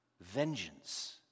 Vengeance